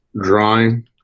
drawing